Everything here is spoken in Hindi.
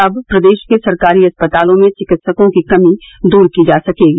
अब प्रदेश के सरकारी अस्पतालों में चिकित्सकों की कमी दूर की जा सकेगी